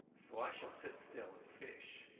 so i shall sit still and fish.